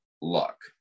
luck